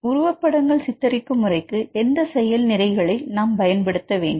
உருவப்படங்கள் சித்தரிக்கும் முறைக்கு எந்த செயல் நிரல்களை நாம் பயன்படுத்த வேண்டும்